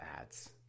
ads